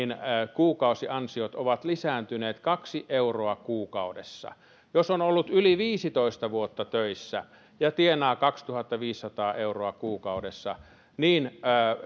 kuukausiansiot ovat lisääntyneet kaksi euroa kuukaudessa jos on ollut yli viisitoista vuotta töissä ja tienaa kaksituhattaviisisataa euroa kuukaudessa niin